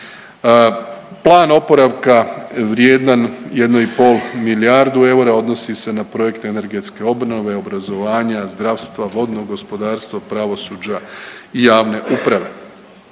Plan oporavka vrijedan 1,5 milijardu eura odnosi se na projekt energetske obnove, obrazovanja, zdravstva, vodnog gospodarstva, pravosuđa i javne uprave.